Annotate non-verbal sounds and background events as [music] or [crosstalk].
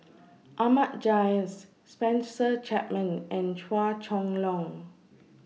[noise] Ahmad Jais Spencer Chapman and Chua Chong Long